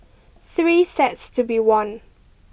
three sets to be won